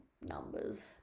numbers